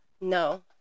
No